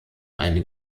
eine